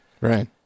Right